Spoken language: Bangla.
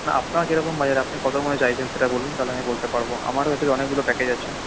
না আপনার কিরকম বাজেট আপনি কতোর মধ্যে চাইছেন সেটা বলুন তাহলে আমি বলতে পারবো আমার হচ্ছে অনেকগুলো প্যাকেজ আছে